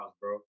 bro